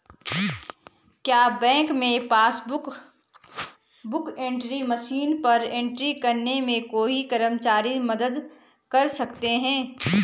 क्या बैंक में passbook book entry machine पर एंट्री करने में कोई कर्मचारी मदद कर सकते हैं?